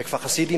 בכפר-חסידים,